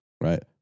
right